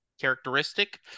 characteristic